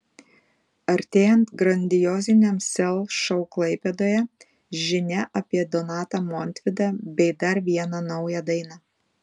artėjant grandioziniam sel šou klaipėdoje žinia apie donatą montvydą bei dar vieną naują dainą